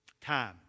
Time